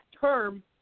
term –